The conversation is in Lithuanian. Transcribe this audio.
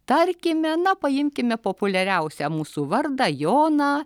tarkime na paimkime populiariausią mūsų vardą joną